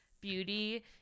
beauty